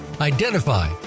identify